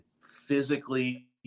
physically